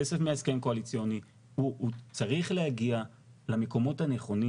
כסף מההסכם הקואליציוני והוא צריך להגיע למקומות הנכונים